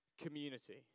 community